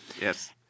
Yes